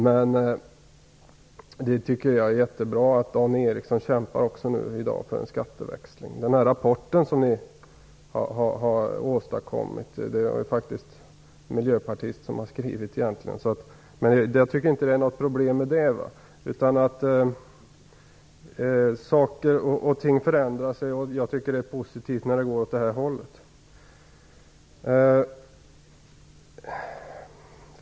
Men det är bra att också Dan Ericsson i dag kämpar för en skatteväxling. Den rapport som ni har åstadkommit har ju faktiskt en miljöpartist skrivit, men jag tycker inte att det är något problem med det. Saker och ting förändrar sig, och det är positivt att det går åt det här hållet.